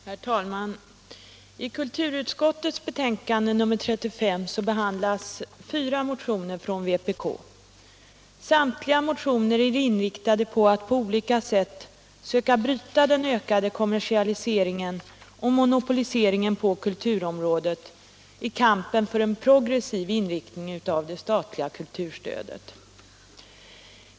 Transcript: Herr talman! I kulturutskottets betänkande nr 35 behandlas fyra motioner från vpk. Samtliga är inriktade på att på olika sätt söka bryta den ökade kommersialiseringen och monopoliseringen på kulturområdet i kampen för en progressiv inriktning av det statliga kulturstödet.